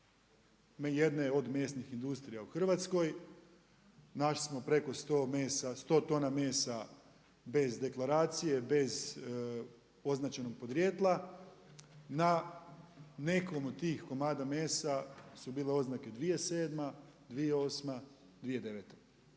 jedne od mesnih industrija u Hrvatskoj. Našli smo preko 100 tona mesa bez deklaracije, bez označenog podrijetla, na nekom od tih komada mesa su bile oznake 2007., 2008., 2009.,